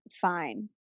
fine